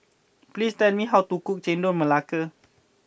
please tell me how to cook Chendol Melaka